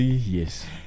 yes